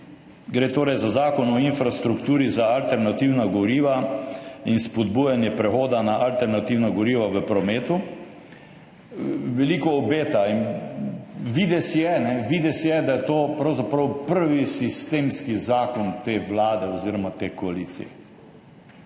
gre torej za Zakon o infrastrukturi za alternativna goriva in spodbujanje prehoda na alternativna goriva v prometu veliko obeta. In videz je, da je to pravzaprav prvi sistemski zakon te vlade oziroma te koalicije.